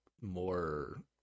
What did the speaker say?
more